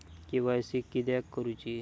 KYC किदयाक करूची?